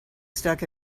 stuck